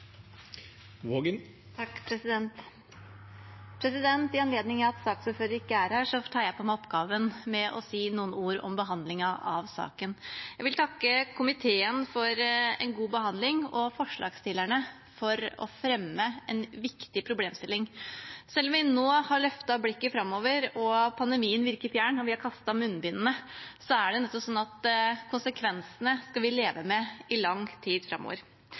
I anledning av at saksordføreren ikke er her, tar jeg på meg oppgaven med å si noen ord om behandlingen av saken. Jeg vil takke komiteen for en god behandling og forslagsstillerne for å fremme en viktig problemstilling. Selv om vi nå har løftet blikket framover, pandemien virker fjern, og vi har kastet munnbindene, skal vi leve med konsekvensene i lang tid framover. Selv om jeg mener at det er viktig at denne saken løftes, er Arbeiderpartiet er uenig i